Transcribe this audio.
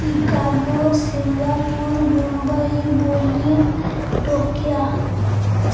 Chicago Singapore Mumbai Berlin Tokyo